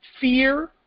fear